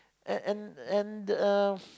and and and the